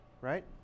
right